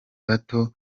bato